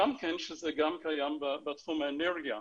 שזה גם קיים בתחום האנרגיה,